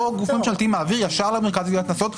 אותו גוף ממשלתי מעביר ישר למרכז לגביית קנסות,